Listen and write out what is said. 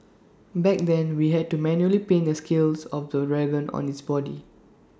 back then we had to manually paint the scales of the dragon on its body